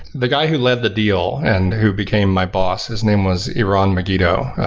the guy who led the deal and who became my boss, his name was eran megiddo.